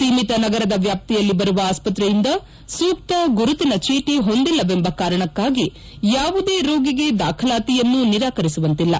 ಸೀಮಿತ ನಗರದ ವ್ಯಾಪ್ತಿಯಲ್ಲಿ ಬರುವ ಆಸ್ಪತ್ರೆಯಿಂದ ಸೂಕ್ತ ಗುರುತಿನ ಚೀಟಿ ಹೊಂದಿಲ್ಲವೆಂಬ ಕಾರಣಕ್ಕಾಗಿ ಯಾವುದೇ ರೋಗಿಗೆ ದಾಖಲಾತಿಯನ್ನು ನಿರಾಕರಿಸುವಂತಿಲ್ಲ